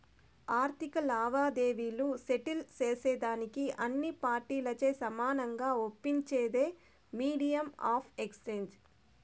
ఆర్థిక లావాదేవీలు సెటిల్ సేసేదానికి అన్ని పార్టీలచే సమానంగా ఒప్పించేదే మీడియం ఆఫ్ ఎక్స్చేంజ్